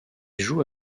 joue